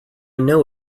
know